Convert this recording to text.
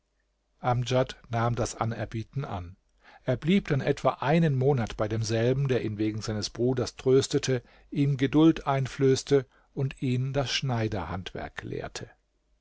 amdjad nahm das anerbieten an er blieb dann etwa einen monat bei demselben der ihn wegen seines bruders tröstete ihm geduld einflößte und ihn das schneiderhandwerk lehrte